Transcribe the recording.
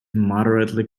moderately